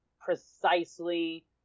precisely